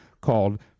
called